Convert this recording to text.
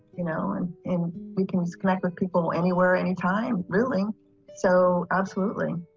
you know um and um can ah scrap of people anywhere anytime really so absolutely